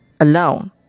alone